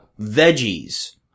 veggies